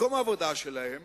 מקום העבודה שלהם